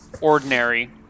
ordinary